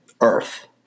Earth